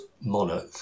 monarch